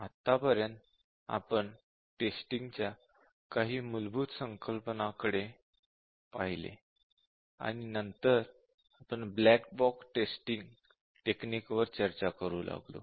आतापर्यंत आपण टेस्टिंगच्या काही मूलभूत संकल्पनांकडे पाहिले आणि नंतर आपण ब्लॅक बॉक्स टेस्टिंग टेक्निक वर चर्चा करू लागलो